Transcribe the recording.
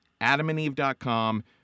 AdamandEve.com